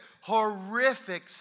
horrific